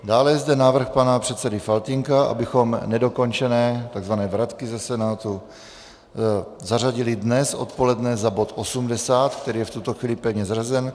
Dále je zde návrh pana předsedy Faltýnka, abychom nedokončené takzvané vratky ze Senátu zařadili dnes odpoledne za bod 80, který je v tuto chvíli pevně zařazen.